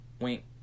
wink